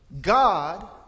God